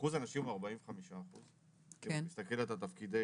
אחוז הנשים הוא 45%. עכשיו אם את מסתכלת על תפקידי